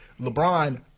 LeBron